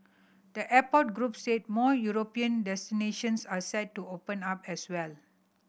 the airport group said more European destinations are set to open up as well